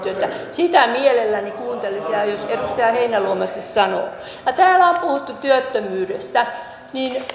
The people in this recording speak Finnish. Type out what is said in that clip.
sitä mielelläni kuuntelisin jos edustaja heinäluoma sitten sanoisi täällä on puhuttu työttömyydestä